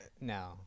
no